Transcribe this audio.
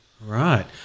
Right